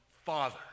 Father